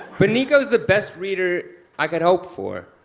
but nico's the best reader i could hope for.